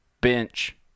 bench